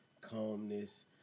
calmness